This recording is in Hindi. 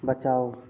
बचाओ